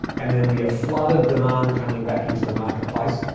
and there'll be a flood of demand coming back into the marketplace.